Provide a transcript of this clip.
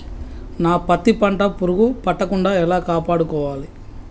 నా పత్తి పంట పురుగు పట్టకుండా ఎలా కాపాడుకోవాలి?